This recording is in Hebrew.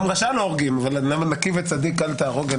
גם רשע לא הורגים אבל למה נקי וצדיק אל תהרוג?